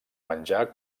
menjar